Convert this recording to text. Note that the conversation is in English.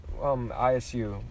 ISU